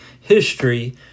history